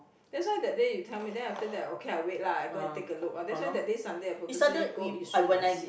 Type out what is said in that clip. that's why that day you tell me then after that okay I wait lah I go and take a look what that's why that day Sunday I purposely go yishun and see